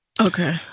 Okay